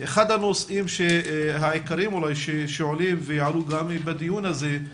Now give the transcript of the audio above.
אחד הנושאים העיקריים שעולים ויעלו בדיון הזה גם